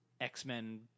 X-Men